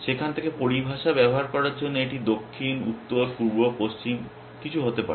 সেখান থেকে পরিভাষা ব্যবহার করার জন্য এটি দক্ষিণ উত্তর পূর্ব পশ্চিম কিছু হতে পারে